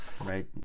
Right